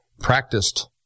practiced